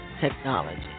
technology